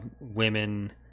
women